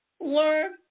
Learn